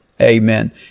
Amen